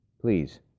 Please